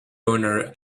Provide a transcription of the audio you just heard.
owner